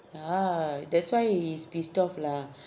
ya that's why he's pissed off lah